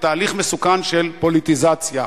ותהליך מסוכן של פוליטיזציה.